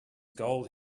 gold